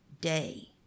day